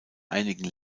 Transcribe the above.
einigen